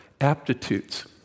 aptitudes